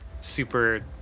super